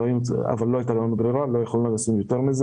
לא הייתה לנו ברירה ולא יכולנו להקציב יותר.